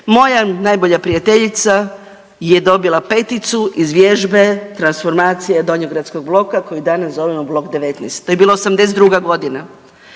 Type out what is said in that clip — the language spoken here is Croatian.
moja najbolja prijateljica je dobila peticu iz vježbe transformacija donjogradskog bloka koji danas zovemo blok 19. To je bila '82.g.,